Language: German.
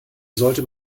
sollte